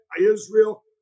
Israel